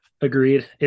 Agreed